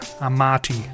Amati